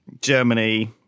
Germany